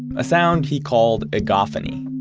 a sound he called egophony.